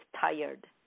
tired